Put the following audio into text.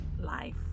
life